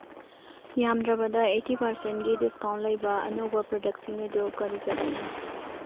ꯌꯥꯝꯗ꯭ꯔꯕꯗ ꯑꯩꯠꯇꯤ ꯄꯥꯔꯁꯦꯟꯒꯤ ꯗꯤꯁꯀꯥꯎꯟ ꯂꯩꯕ ꯑꯅꯧꯕ ꯄ꯭ꯔꯗꯛꯁꯤꯡ ꯑꯗꯨ ꯀꯔꯤ ꯀꯔꯤꯅꯣ